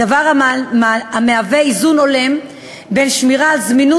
דבר המהווה איזון הולם בין שמירה על זמינות